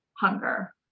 hunger